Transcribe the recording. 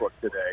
today